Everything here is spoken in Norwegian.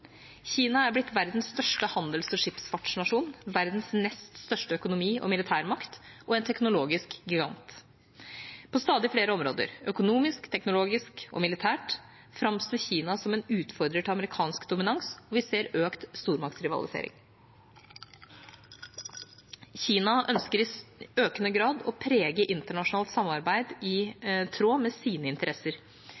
Kina er blitt verdens største handels- og skipsfartsnasjon, verdens nest største økonomi og militærmakt og en teknologisk gigant. På stadig flere områder – økonomisk, teknologisk og militært – framstår Kina som en utfordrer til amerikansk dominans, og vi ser en økt stormaktsrivalisering. Kina ønsker i økende grad å prege internasjonalt samarbeid i